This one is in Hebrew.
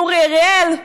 אורי אריאל,